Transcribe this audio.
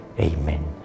Amen